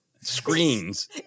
screens